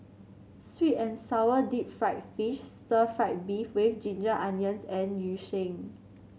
sweet and sour Deep Fried Fish Stir Fried Beef with Ginger Onions and Yu Sheng